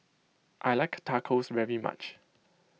I like Tacos very much